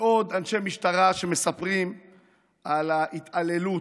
ועוד אנשי משטרה שמספרים על ההתעללות,